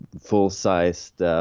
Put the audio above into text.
full-sized